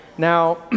Now